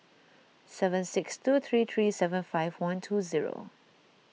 seven six two three three seven five one two zero